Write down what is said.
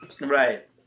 right